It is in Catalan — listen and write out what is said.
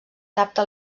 capta